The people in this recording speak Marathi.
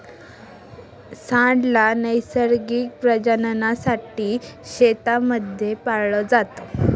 सांड ला नैसर्गिक प्रजननासाठी शेतांमध्ये पाळलं जात